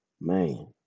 man